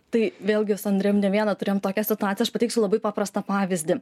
tai vėlgi su andrėjum ne vieną turimom tokią situaciją pateiksiu labai paprastą pavyzdį